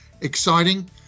exciting